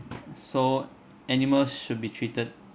so animals should be treated